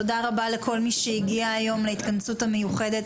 תודה רבה לכל מי שהגיע היום להתכנסות המיוחדת